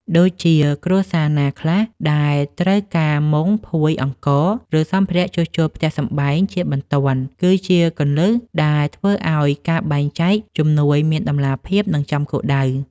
ដូចជាគ្រួសារណាខ្លះដែលត្រូវការមុង ភួយ អង្ករ ឬសម្ភារៈជួសជុលផ្ទះសម្បែងជាបន្ទាន់ គឺជាគន្លឹះដែលធ្វើឱ្យការបែងចែកជំនួយមានតម្លាភាព និងចំគោលដៅ។